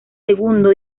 segundo